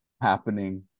happening